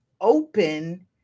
open